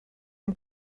him